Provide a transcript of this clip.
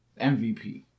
MVP